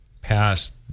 passed